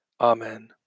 Amen